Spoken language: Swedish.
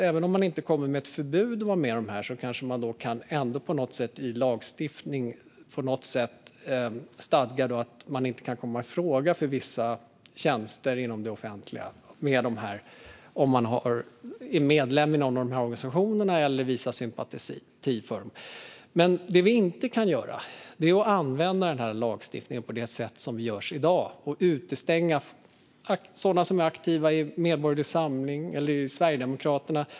Även om det inte blir ett förbud kanske det ändå i lagstiftning på något sätt går att stadga att personer som är medlemmar i någon av dessa organisationer eller visar sympati för dem inte kan komma i fråga för vissa tjänster inom det offentliga. Men det vi inte kan göra är att använda denna lagstiftning på det sätt som görs i dag och utestänga personer som är aktiva i Medborgerlig samling eller i Sverigedemokraterna.